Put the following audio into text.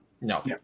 No